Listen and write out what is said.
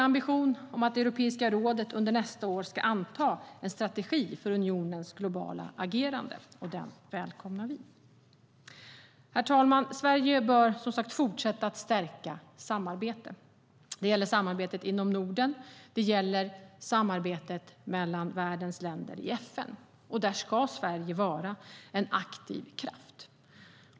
Ambitionen är att Europeiska rådet under nästa år ska anta en strategi för unionens globala agerande, och det välkomnar vi. Herr talman! Sverige bör fortsätta att stärka samarbetet. Det gäller samarbetet inom Norden och mellan världens länder i FN. Där ska Sverige vara en aktiv kraft.